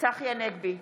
צחי הנגבי,